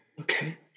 okay